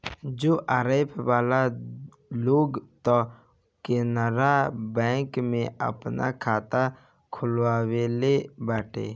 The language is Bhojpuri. जेआरएफ वाला लोग तअ केनरा बैंक में आपन खाता खोलववले बाटे